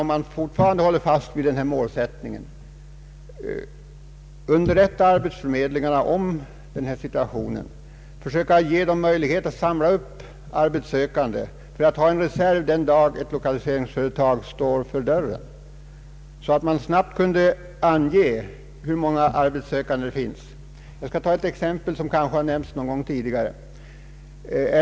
Om man fortfarande håller fast vid målsättningen borde man underrätta arbetsförmedlingarna om situationen och ge dem möjlighet att samla upp arbetssökande för att ha en reserv den dag ett företag vill lokalisera någon verksamhet till trakten, så att man snabbt kan ange hur många arbetssökande som finns. Jag skulle vilja anföra ett exempel, som kanske har nämnts någon gång tidigare.